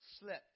slept